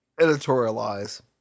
editorialize